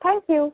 thank you